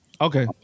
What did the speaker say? Okay